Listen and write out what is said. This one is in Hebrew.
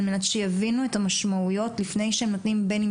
על מנת שיבינו את המשמעויות לפני שהם נותנים בין אם